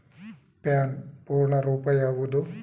PAN ಪೂರ್ಣ ರೂಪ ಯಾವುದು?